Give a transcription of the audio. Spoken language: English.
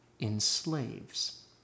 enslaves